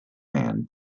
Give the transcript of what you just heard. man